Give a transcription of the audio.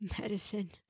Medicine